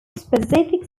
specific